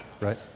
right